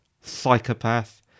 psychopath